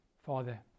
Father